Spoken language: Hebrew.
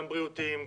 גם בריאותיים,